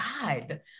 God